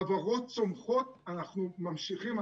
חברות צומחות אנחנו ממשיכים.